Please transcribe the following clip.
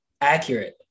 accurate